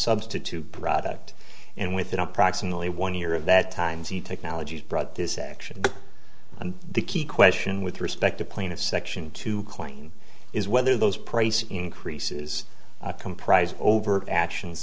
substitute product and within approximately one year of that time c technologies brought this action and the key question with respect to plaintiff section to clean is whether those price increases comprise overt action